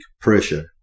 pressure